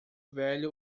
velho